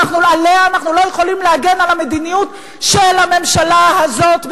אנחנו לא יכולים להגן על המדיניות של הממשלה הזאת,